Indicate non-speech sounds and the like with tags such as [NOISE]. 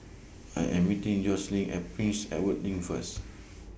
[NOISE] I Am meeting Jocelynn At Prince Edward LINK First